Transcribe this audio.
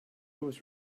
was